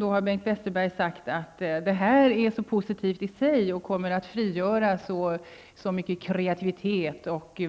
Då har Bengt Westerberg sagt att det här är så positivt i sig, och att det kommer att frigöra så mycket kreativitet och